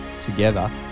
together